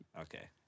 Okay